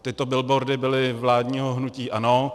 Tyto billboardy byly vládního hnutí ANO.